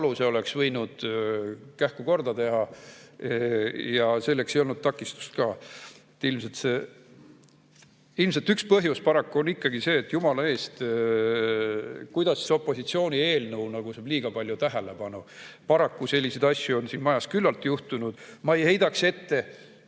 aluse oleks võinud kähku korda teha ja selleks ei olnud takistust ka. Ilmselt üks põhjus paraku on ikkagi see, et jumala eest, kuidas nüüd opositsiooni eelnõu saab liiga palju tähelepanu. Paraku selliseid asju on siin majas küllalt juhtunud. Ma ei heidaks ette